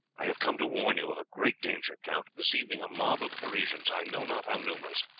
i have come to warn you of a great danger, count. this evening a mob of parisians, i know not how numerous,